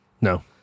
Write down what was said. No